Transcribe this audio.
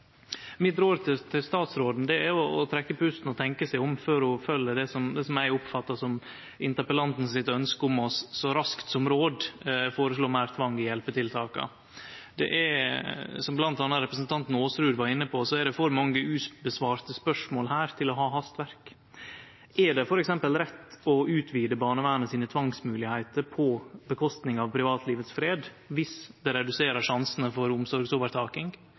Mitt råd til statsråden er å trekkje pusten og tenkje seg om før ho følgjer det som eg oppfattar som interpellanten sitt ønske om så raskt som råd å føreslå meir tvang i hjelpetiltaka. Det er, som bl.a. representanten Aasrud var inne på, for mange ubesvarte spørsmål her til å ha hastverk. Er det f.eks. rett å utvide barnevernet sine tvangsmoglegheiter og la det gå utover privatlivets fred om det reduserer sjansane for omsorgsovertaking?